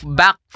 back